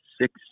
six